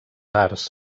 arts